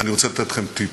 אני רוצה לתת לכם טיפ: